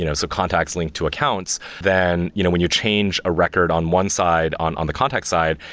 you know so contacts linked to accounts, then you know when you change a record on one side on on the contact side,